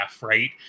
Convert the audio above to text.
right